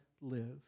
live